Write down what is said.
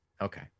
okay